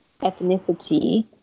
ethnicity